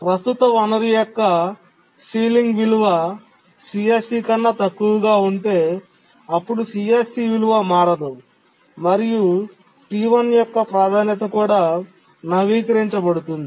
ప్రస్తుత వనరు యొక్క సీలింగ్ విలువ CSC కన్నా తక్కువగా ఉంటే అప్పుడు CSC విలువ మారదు మరియు T1 యొక్క ప్రాధాన్యత కూడా నవీకరించబడుతుంది